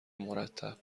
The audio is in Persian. مرتب